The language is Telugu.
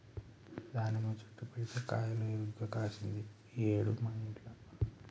దానిమ్మ చెట్టు పెడితే కాయలు ఇరుగ కాశింది ఈ ఏడు మా ఇంట్ల